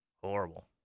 Horrible